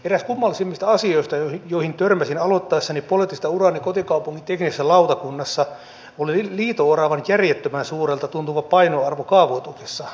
eräs kummallisimmista asioista joihin törmäsin aloittaessani poliittista uraani kotikaupunkini teknisessä lautakunnassa oli liito oravan järjettömän suurelta tuntuva painoarvo kaavoituksessa